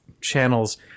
channels